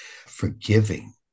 forgiving